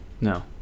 No